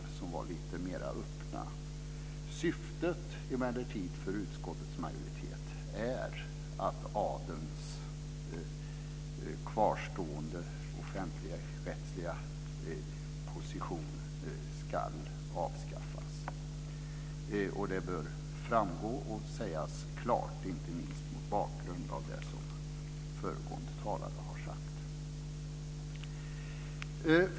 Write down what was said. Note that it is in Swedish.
Utskottsmajoritetens syfte är emellertid att adelns kvarstående offentligrättsliga position ska avskaffas. Det bör klart framföras, inte minst mot bakgrund av det som sagts av föregående talare.